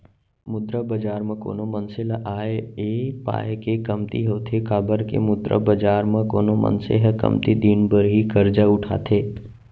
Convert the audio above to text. मुद्रा बजार म कोनो मनसे ल आय ऐ पाय के कमती होथे काबर के मुद्रा बजार म कोनो मनसे ह कमती दिन बर ही करजा उठाथे